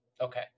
Okay